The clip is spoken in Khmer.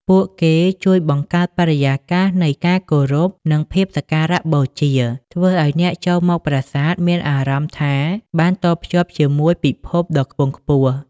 ពួកគេជួយបង្កើតបរិយាកាសនៃការគោរព និងភាពសក្ការៈបូជា ធ្វើឱ្យអ្នកចូលមកប្រាសាទមានអារម្មណ៍ថាបានតភ្ជាប់ជាមួយពិភពដ៏ខ្ពង់ខ្ពស់។